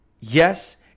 Yes